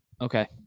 Okay